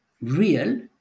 real